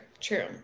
true